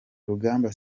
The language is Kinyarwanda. rugamba